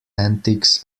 antics